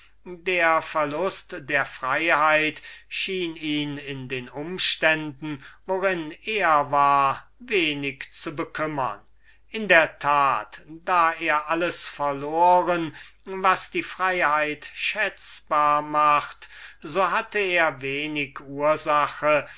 der verlust der freiheit schien ihn in den umständen worin er war wenig zu bekümmern und in der tat da er alles übrige verloren hatte was die freiheit schätzbar macht so hatte er wenig ursache